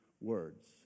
words